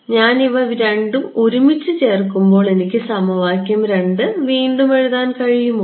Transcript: അതിനാൽ ഞാൻ ഇവ രണ്ടും ഒരുമിച്ച് ചേർക്കുമ്പോൾ എനിക്ക് സമവാക്യം 2 വീണ്ടും എഴുതാൻ കഴിയുമോ